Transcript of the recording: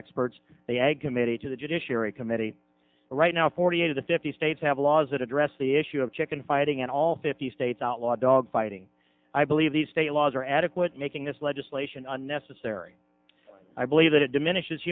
experts the ag committee to the judiciary committee right now forty eight of the fifty states have laws that address the issue of chicken fighting in all fifty states outlaw dog fighting i believe these state laws are adequate making this legislation unnecessary i believe that it diminishes